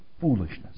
foolishness